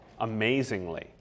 amazingly